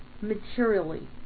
materially